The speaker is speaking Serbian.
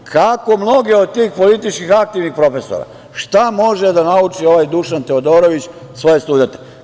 Kako mnogi od tih politički aktivnih profesora, šta može da nauči ovaj Dušan Teodorović svoje studente?